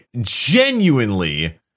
Genuinely